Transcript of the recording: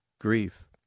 grief